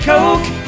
Coke